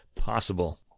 possible